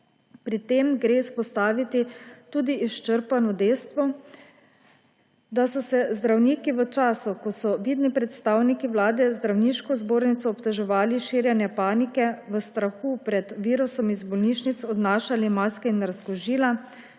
Pri tem gre izpostaviti tudi izčrpano dejstvo, da so se zdravniki v času, ko so vidni predstavniki vlade Zdravniško zbornico obtoževali širjenja panike v strahu pred virusom, iz bolnišnic odnašali make in razkužila,